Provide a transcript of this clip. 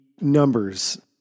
numbers